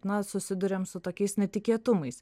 na susiduriam su tokiais netikėtumais